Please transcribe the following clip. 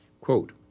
Quote